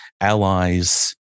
allies